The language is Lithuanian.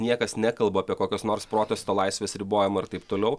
niekas nekalba apie kokius nors protesto laisvės ribojimą ir taip toliau